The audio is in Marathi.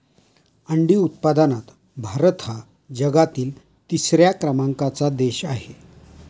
अंडी उत्पादनात भारत हा जगातील तिसऱ्या क्रमांकाचा देश आहे